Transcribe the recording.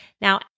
Now